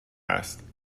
است